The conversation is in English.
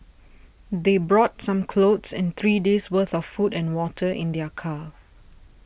they brought some clothes and three days' worth of food and water in their car